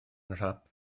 nhrap